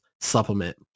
supplement